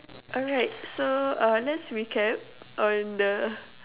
alright so uh let's recap on the